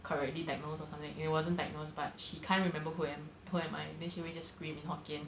correctly diagnosed or something it wasn't diagnosed but she can't remember who I am who am I then she will just scream in hokkien